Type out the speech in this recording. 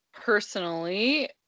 personally